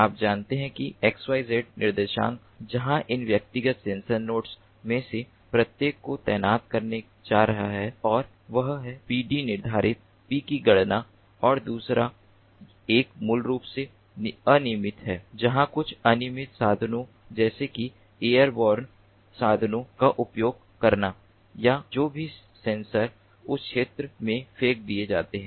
आप जानते हैं कि xyz निर्देशांक जहां इन व्यक्तिगत सेंसर नोड्स में से प्रत्येक को तैनात करने जा रहा है और वह है PD निर्धारित P की गणना और दूसरा एक मूल रूप से अनियमित है जहां कुछ अनियमित साधनों जैसे कि एयरबोर्न साधनों का उपयोग करना या जो भी सेंसर उस विशेष क्षेत्र में फेंक दिए जाते हैं